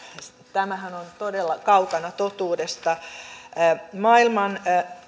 tämähän on todella kaukana totuudesta maailman